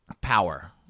Power